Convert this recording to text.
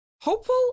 hopeful